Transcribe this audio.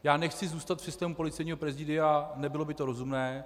Já nechci zůstat v systému Policejního prezidia, nebylo by to rozumné.